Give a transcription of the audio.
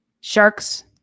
sharks